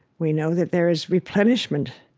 we know that there is replenishment.